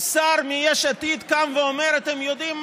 שר מיש עתיד קם ואומר: אתם יודעים מה?